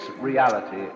reality